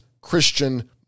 Christian